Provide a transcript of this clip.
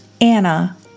Anna